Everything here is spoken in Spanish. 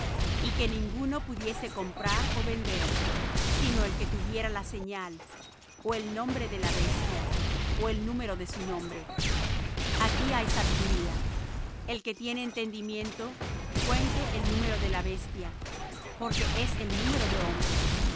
y que ninguno pudiese comprar ó vender sino el que tuviera la señal ó el nombre de la bestia ó el número de su nombre aquí hay sabiduría el que tiene entendimiento cuente el número de la bestia porque es el número de hombre